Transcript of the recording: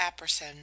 Apperson